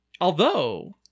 Although